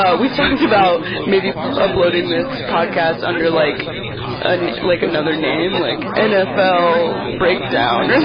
ah we've talked about maybe uploading this podcast under like and like another name like nfl breakdown.